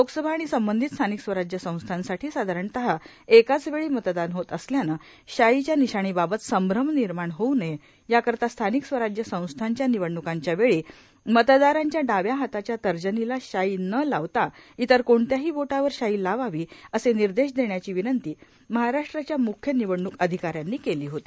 लोकसभा आणि संबंधित स्थानिक स्वराज्य संस्थांसाठी साधारणत एकाच वेळी मतदान होत असल्यानं शाईच्या निशाणीबाबत संभ्रम निर्माण होऊ नये याकरिता स्थानिक स्वराज्य संस्थांच्या निवडण्कांच्यावेळी मतदारांच्या डाव्या हाताच्या तर्जनीला शाई न लावता इतर कोणत्याही बोटावर शाई लावावी असे निर्देश देण्याची विनंती महाराष्ट्राच्या मुख्य निवडणूक अधिकाऱ्यांनी केली होती